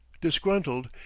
disgruntled